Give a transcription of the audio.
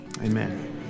amen